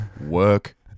work